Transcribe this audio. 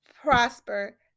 prosper